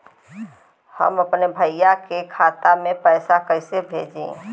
हम अपने भईया के खाता में पैसा कईसे भेजी?